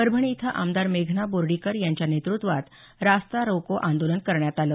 परभणी इथं आमदार मेघना बोर्डीकर यांच्या नेतृत्वात रास्ता रोको आंदोलन करण्यात आलं